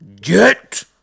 get